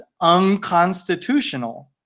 unconstitutional